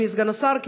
אדוני סגן השר,